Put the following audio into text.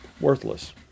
worthless